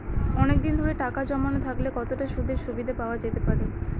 অনেকদিন ধরে টাকা জমানো থাকলে কতটা সুদের সুবিধে পাওয়া যেতে পারে?